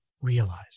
realize